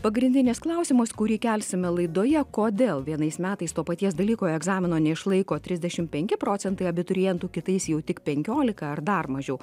pagrindinis klausimas kurį kelsime laidoje kodėl vienais metais to paties dalyko egzamino neišlaiko trisdešimt penki procentai abiturientų kitais jau tik penkiolika ar dar mažiau